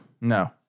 No